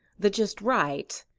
the just right,